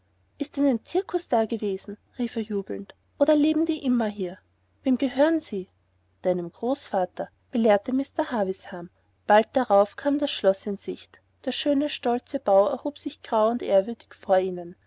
ist denn ein cirkus dagewesen rief er jubelnd oder leben die immer hier wem gehören sie deinem großvater belehrte mr havisham bald darauf kam das schloß in sicht der schöne stolze bau erhob sich grau und ehrwürdig vor ihnen